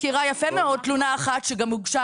מכירה יפה מאוד תלונה אחת שגם הוגשה